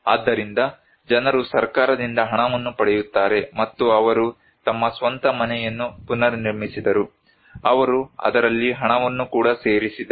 ಆದ್ದರಿಂದ ಜನರು ಸರ್ಕಾರದಿಂದ ಹಣವನ್ನು ಪಡೆಯುತ್ತಾರೆ ಮತ್ತು ಅವರು ತಮ್ಮ ಸ್ವಂತ ಮನೆಯನ್ನು ಪುನರ್ನಿರ್ಮಿಸಿದರು ಅವರು ಅದರಲ್ಲಿ ಹಣವನ್ನು ಕೂಡ ಸೇರಿಸಿದರು